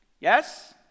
Yes